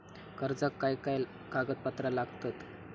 कर्जाक काय काय कागदपत्रा लागतत?